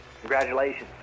congratulations